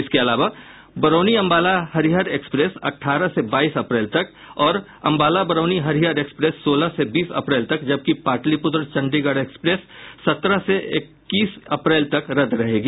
इसके अलावा बरौनी अंबाला हरिहर एक्सप्रेस अठारह से बाईस अप्रैल तक और अंबाला बरौनी हरिहर एक्सप्रेस सोलह से बीस अप्रैल तक जबकि पाटलिपुत्र चंडीग्रह एक्सप्रेस सत्रह से इक्कीस अप्रैल तक रद्द रहेगी